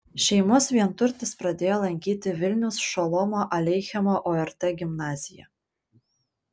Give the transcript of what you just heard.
šeimos vienturtis pradėjo lankyti vilniaus šolomo aleichemo ort gimnaziją